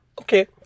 Okay